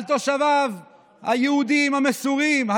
על תושביו היהודים המסורים.